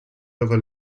river